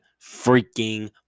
freaking